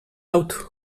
out